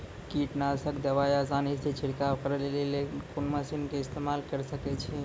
कीटनासक दवाई आसानीसॅ छिड़काव करै लेली लेल कून मसीनऽक इस्तेमाल के सकै छी?